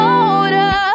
older